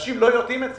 אנשים לא יודעים את זה,